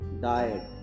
diet